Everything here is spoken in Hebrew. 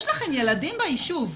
יש לכם ילדים ביישוב.